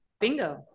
Bingo